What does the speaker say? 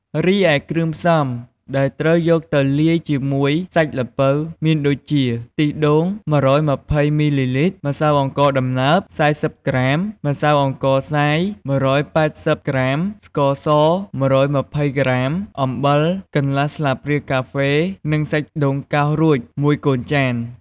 រីឯគ្រឿងផ្សំដែលត្រូវយកទៅលាយជាមួយសាច់ល្ពៅមានដូចជា ខ្ទិះដូង ១២០មីលីលីត្រ ម្សៅអង្ករដំណើប ៤០ក្រាម ម្សៅអង្ករខ្សាយ ១៨០ក្រាម ស្ករស ១២០ក្រាម អំបិល កន្លះស្លាបព្រាកាហ្វេ និងសាច់ដូងកោសរួចមួយកូនចាន។